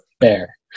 Fair